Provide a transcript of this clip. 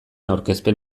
aurkezpen